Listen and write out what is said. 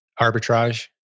arbitrage